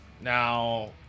Now